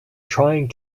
trying